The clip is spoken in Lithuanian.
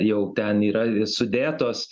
jau ten yra sudėtos